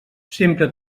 sempre